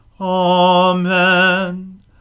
Amen